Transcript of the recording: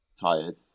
tired